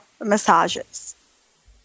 massages